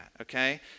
Okay